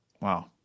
Wow